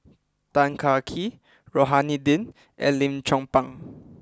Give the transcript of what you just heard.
Tan Kah Kee Rohani Din and Lim Chong Pang